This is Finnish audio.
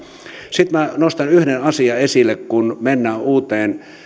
sitten minä nostan yhden asian esille kun mennään uuteen